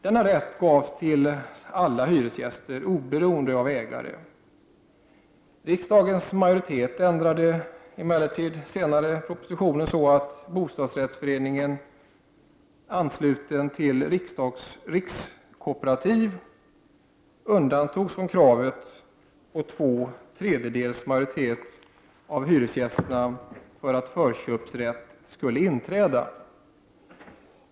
Denna rätt gavs till alla hyresgäster, oberoende av ägare. Riksdagens majoritet ändrade emellertid propositionen så att bostadsrättsförening ansluten till rikskooperativ organisation undantogs från kravet på två tredjedels majoritet av hyresgästerna för att förköpsrätt skulle inträda.